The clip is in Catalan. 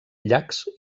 llacs